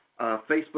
Facebook